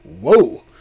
whoa